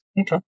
Okay